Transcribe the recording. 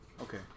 Okay